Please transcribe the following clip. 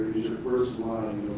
is the first